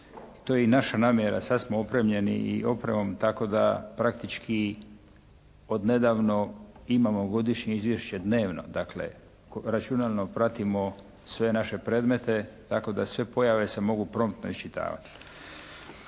to je naša namjera. Sad smo opremljeni i opremom tako da praktički od nedavno imamo godišnje izvješće dnevno, dakle računalom pratimo sve naše predmete tako da sve pojave se mogu promptno iščitavati.